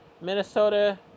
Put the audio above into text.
Minnesota